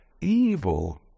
evil